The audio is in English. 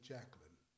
Jacqueline